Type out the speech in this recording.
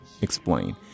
explain